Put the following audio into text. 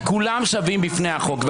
כי כולם שווים בפני החוק.